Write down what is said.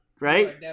right